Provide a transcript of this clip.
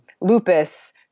lupus